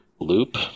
loop